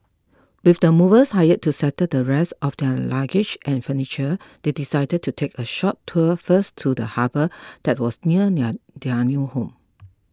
with the movers hired to settle the rest of their luggage and furniture they decided to take a short tour first to the harbour that was near near their new home